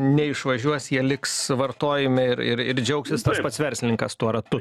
neišvažiuos jie liks vartojami ir ir ir džiaugsis pats verslininkas tuo ratu